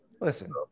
Listen